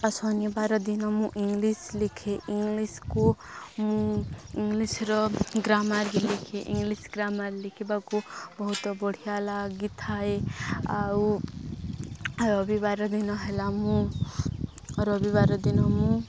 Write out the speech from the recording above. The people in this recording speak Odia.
ଆଉ ଶନିବାର ଦିନ ମୁଁ ଇଂଲିଶ ଲେଖେ ଇଂଲିଶକୁ ମୁଁ ଇଂଲିଶର ଗ୍ରାମାର ଲେଖେ ଇଂଲିଶ ଗ୍ରାମାର ଲେଖିବାକୁ ବହୁତ ବଢ଼ିଆ ଲାଗିଥାଏ ଆଉ ରବିବାର ଦିନ ହେଲା ମୁଁ ରବିବାର ଦିନ ମୁଁ